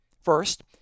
First